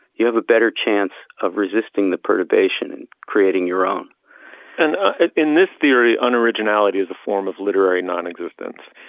you have a better chance of resisting the perturbation and creating your own and in this theory, on originality is a form of literary nonexistence,